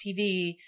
TV